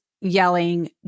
yelling